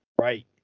right